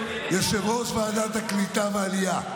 יושב-ראש ועדת הקליטה והעלייה,